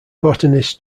botanist